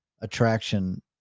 attraction